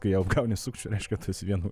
kai jau apgauni sukčių reiškia tu esi vienu